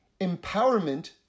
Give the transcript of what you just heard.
empowerment